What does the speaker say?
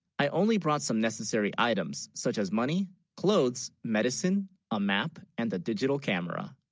i only, brought, some necessary items such as money clothes medicine a map and the digital camera